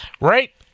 Right